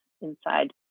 inside